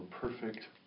perfect